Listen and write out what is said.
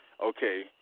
Okay